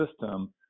system